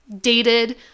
Dated